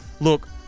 look